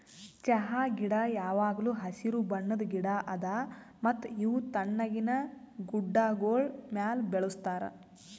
ಚಹಾ ಗಿಡ ಯಾವಾಗ್ಲೂ ಹಸಿರು ಬಣ್ಣದ್ ಗಿಡ ಅದಾ ಮತ್ತ ಇವು ತಣ್ಣಗಿನ ಗುಡ್ಡಾಗೋಳ್ ಮ್ಯಾಲ ಬೆಳುಸ್ತಾರ್